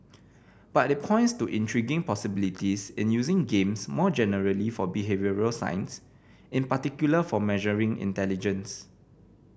but it points to intriguing possibilities in using games more generally for behavioural science in particular for measuring intelligence